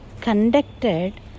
conducted